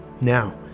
Now